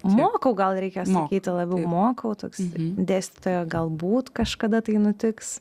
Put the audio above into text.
mokau gal reikia sakyti mokau toks dėstytojo galbūt kažkada tai nutiks